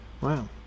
Wow